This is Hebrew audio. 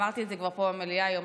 אמרתי את זה כבר פה במליאה היום,